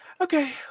Okay